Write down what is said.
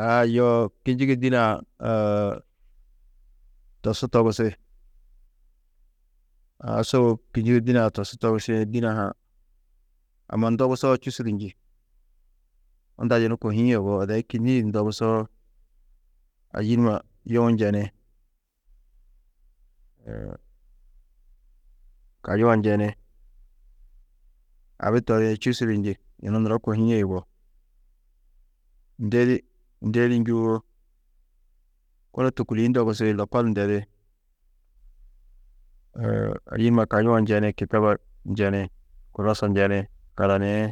Aa yoo kînjigi dînee-ã tosú togusi, aa sôbob kînjigi dînee-ã tosú togusĩ, dîne-ã ha amma ndobusoo čûsu du njî, unda yunu kohîe yugó, odeĩ kînniĩ di ndobusoo, ayî numa yuũ njeni, kayuã njeni, abi toriĩ čûsu du njî, yunu nuro kohîe yugó, ndedî, ndedî njûwo, kunu tûkuliĩ ndogusi, lokol ndedi, ayî numa kayuã njeni, kîtaba njeni, kurasa njeni, karaniĩ,